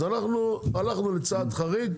הלכנו לצעד חריג,